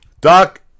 Doc